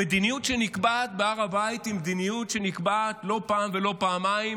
המדיניות שנקבעת בהר הבית היא מדיניות שנקבעת לא פעם ולא פעמיים